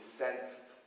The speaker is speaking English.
sensed